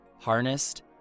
harnessed